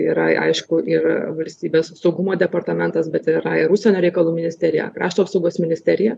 yra aišku ir valstybės saugumo departamentas bet yra ir užsienio reikalų ministerija krašto apsaugos ministerija